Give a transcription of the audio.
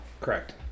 correct